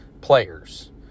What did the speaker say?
players